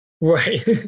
Right